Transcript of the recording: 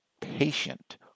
patient